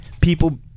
people